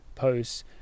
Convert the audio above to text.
posts